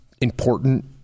important